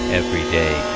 everyday